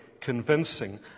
Convincing